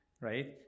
right